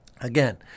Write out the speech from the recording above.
Again